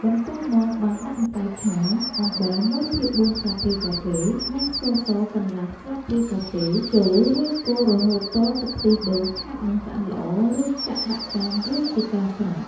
បន្ទាប់មកបានដាក់ម្សៅឆា អំបិលមួយភាគ៤ស្លាបព្រាកាហ្វេ និងស្ករសកន្លះស្លាបព្រាកាហ្វេចូលរូចកូររហូតទាល់ទឹកខ្ទះដូងខាប់និងឆ្អិនល្អរួចចាក់ដាក់ចានរួចជាស្រេច។